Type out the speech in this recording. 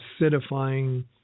acidifying